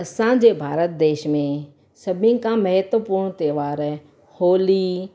असांजे भारत देश में सभिनीनि खां महत्वपूर्ण त्योहारु होली